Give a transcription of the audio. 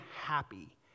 happy